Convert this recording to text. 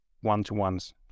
one-to-ones